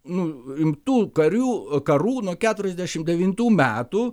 nu rimtų karių karų nuo keturiasdešimt devintų metų